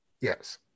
Yes